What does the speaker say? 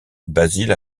basil